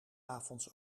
avonds